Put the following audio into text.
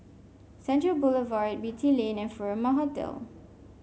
Central Boulevard Beatty Lane and Furama Hotel